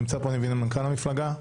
נמצא פה מנכ"ל המפלגה.